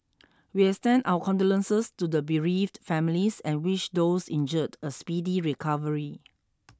we extend our condolences to the bereaved families and wish those injured a speedy recovery